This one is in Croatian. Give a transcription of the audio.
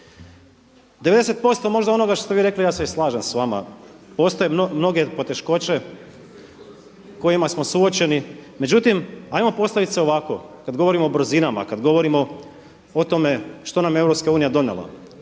90% možda onoga što ste vi rekli ja se i slažem s vama. Postoje mnoge poteškoće s kojima smo suočeni. Međutim, hajmo postaviti se ovako kada govorimo o brzinama, kada govorimo o tome što nam je